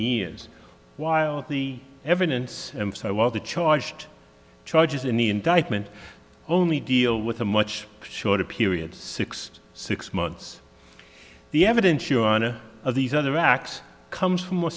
years while the evidence and so while the charged charges in the indictment only deal with a much shorter period six to six months the evidence you ana of these other acts comes from a